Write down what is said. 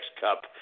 Cup